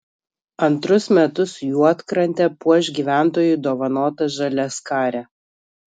antrus metus juodkrantę puoš gyventojų dovanota žaliaskarė